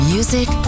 Music